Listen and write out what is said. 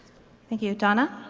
thank you. donna?